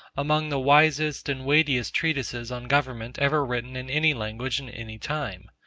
among the wisest and weightiest treatises on government ever written in any language in any time.